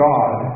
God